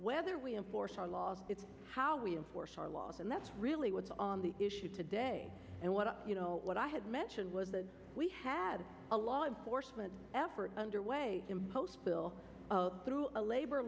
whether we enforce our laws it's how we enforce our laws and that's really what's on the issues today and what you know what i had mentioned was we had a law enforcement effort underway in postville through a labor